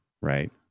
right